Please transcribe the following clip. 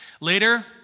Later